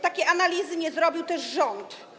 Takiej analizy nie zrobił też rząd.